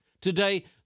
Today